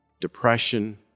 depression